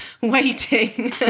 waiting